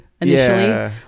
initially